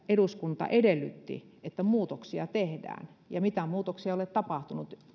eduskunta edellytti että muutoksia tehdään ja mitään muutoksia ei ole tapahtunut niin